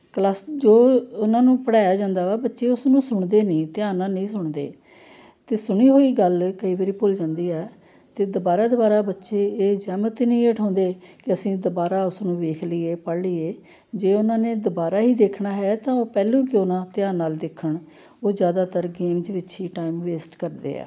plus ਜੋ ਉਹਨਾਂ ਨੂੰ ਪੜ੍ਹਾਇਆ ਜਾਂਦਾ ਵਾ ਬੱਚੇ ਉਸ ਨੂੰ ਸੁਣਦੇ ਨਹੀਂ ਧਿਆਨ ਨਾਲ ਨਹੀਂ ਸੁਣਦੇ ਅਤੇ ਸੁਣੀ ਹੋਈ ਗੱਲ ਕਈ ਵਾਰੀ ਭੁੱਲ ਜਾਂਦੀ ਹੈ ਅਤੇ ਦੁਬਾਰਾ ਦੁਬਾਰਾ ਬੱਚੇ ਇਹ ਨਹੀਂ ਉਠਾਉਂਦੇ ਕਿ ਅਸੀਂ ਦੁਬਾਰਾ ਉਸਨੂੰ ਵੇਖ ਲਈਏ ਪੜ੍ਹ ਲਈਏ ਜੇ ਉਹਨਾਂ ਨੇ ਦੁਬਾਰਾ ਹੀ ਦੇਖਣਾ ਹੈ ਤਾਂ ਉਹ ਪਹਿਲੋਂ ਕਿਉਂ ਨਾ ਧਿਆਨ ਨਾਲ ਦੇਖਣ ਉਹ ਜ਼ਿਆਦਾਤਰ ਗੇਮਜ਼ ਵਿੱਚ ਹੀ ਟਾਈਮ ਵੇਸਟ ਕਰਦੇ ਆ